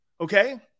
Okay